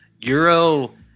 Euro